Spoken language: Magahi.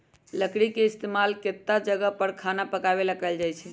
लकरी के इस्तेमाल केतता जगह पर खाना पकावे मे कएल जाई छई